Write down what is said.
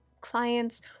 clients